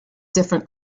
different